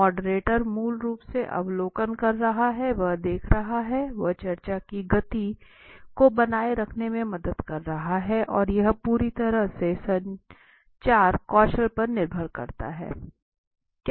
moderator मूल रूप से अवलोकन कर रहा है वह देख रहा है वह चर्चा की गति को बनाए रखने में मदद कर रहा है और यह पूरी तरह से संचार कौशल पर निर्भर करता है